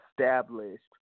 established